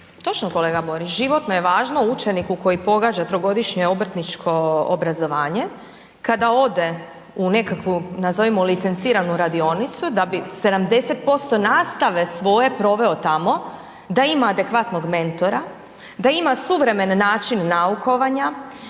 Točno, kolega Borić, životno je važno učeniku koji pohađa trogodišnje obrtničko obrazovanje, kada ode u nekakvu nazovimo licenciranu radionicu, da bi 70% nastave svoje proveo tamo da ima adekvatnom mentora, da ima suvremen način naukovanja,